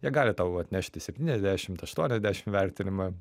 jie gali tau atnešti septyniasdešimt aštuoniasdešim vertinimą